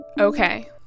Okay